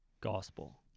gospel